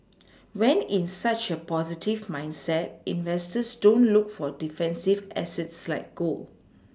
when in such a positive mindset investors don't look for defensive assets like gold